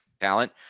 talent